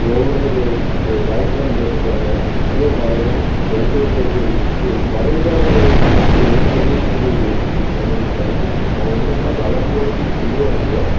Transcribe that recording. धोरणो थियो वाइट रण जंहिं खे चवंदा आहिनि उहो ठाहियो अथेई त हुते त फ़ॉरेन जा त टूरिस्ट बि घणेई ईंदा आहिनि ऐं हुन सां ॻाल्हाइण ॿोल्हाइण बि थींदो रहंदो आहे